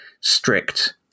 strict